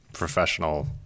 professional